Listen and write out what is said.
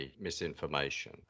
misinformation